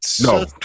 No